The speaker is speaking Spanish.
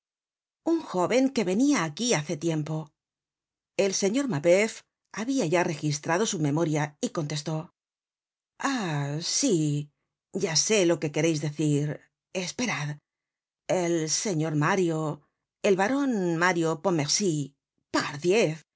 un jóven que venia aqui hace tiempo el señor mabeuf habia ya registrado su memoria y contestó xh sí ya sé lo que quereis decir esperad el señor mario el baron mario pontmercy pardiez